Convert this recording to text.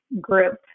group